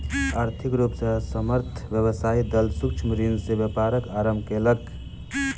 आर्थिक रूप से असमर्थ व्यवसायी दल सूक्ष्म ऋण से व्यापारक आरम्भ केलक